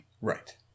Right